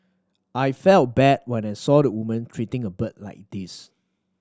I felt bad when I saw the woman treating a bird like this